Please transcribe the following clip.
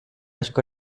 asko